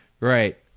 Right